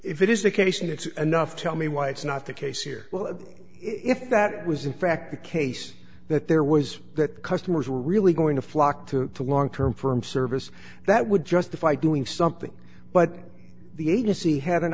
it's enough tell me why it's not the case here well if that was in fact the case that there was that customers were really going to flock to the long term from service that would justify doing something but the agency had an